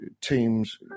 teams